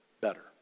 better